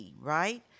right